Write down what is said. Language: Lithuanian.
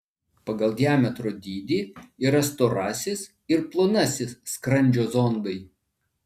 pagal diametro dydį yra storasis ir plonasis skrandžio zondai